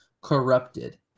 corrupted